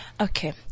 Okay